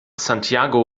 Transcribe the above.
santiago